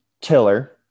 Tiller